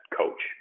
coach